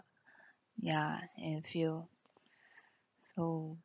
ya I feel so